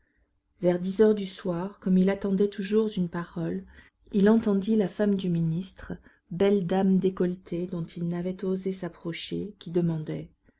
vers dix heures du soir comme il attendait toujours une parole il entendit la femme du ministre belle dame décolletée dont il n'avait osé s'approcher qui demandait